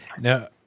Now